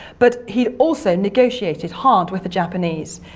but he also negotiated hard with the japanese.